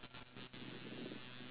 you name it